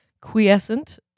quiescent